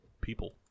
people